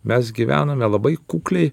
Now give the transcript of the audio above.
mes gyvenome labai kukliai